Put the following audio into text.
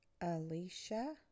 Alicia